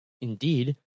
Indeed